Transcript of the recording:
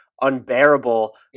unbearable